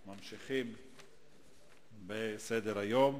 נגד, אין, נמנעים אין.